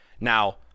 Now